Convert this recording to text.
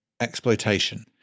exploitation